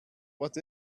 what